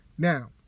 Now